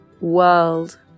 world